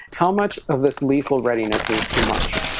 how much of this lethal readiness is too much?